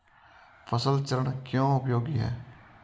फसल चरण क्यों उपयोगी है?